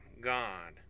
God